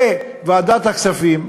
שוועדת הכספים,